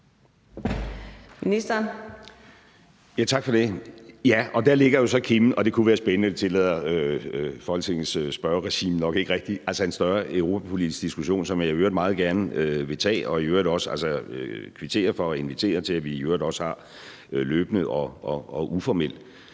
Rasmussen): Tak for det. Ja, og der ligger så kimen, men det tillader Folketingets spørgeregime nok ikke rigtigt, altså en større europapolitisk diskussion, som jeg i øvrigt meget gerne vil tage, og som jeg i øvrigt også kvitterer for og inviterer til at vi har løbende og uformelt,